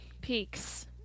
peaks